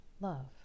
love